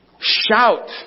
Shout